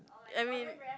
I mean